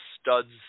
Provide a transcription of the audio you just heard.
studs